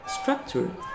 structure